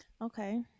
Okay